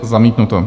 Zamítnuto.